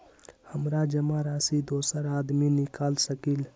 हमरा जमा राशि दोसर आदमी निकाल सकील?